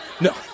No